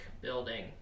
building